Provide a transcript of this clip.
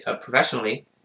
professionally